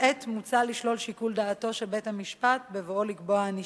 עת מוצע לשלול את שיקול דעתו של בית-המשפט בבואו לקבוע ענישה.